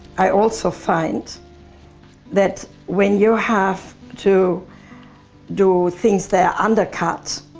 i also find that when you have to do things that under-cut